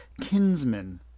kinsman